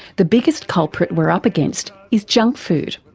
the biggest culprit we're up against is junk food,